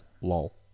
lol